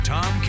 Tom